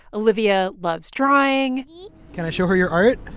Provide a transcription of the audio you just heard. olivia loves drawing can i show her your art?